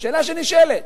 שאלה שנשאלת.